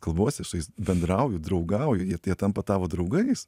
kalbuosi su jais bendrauju draugauju jie jie tampa tavo draugais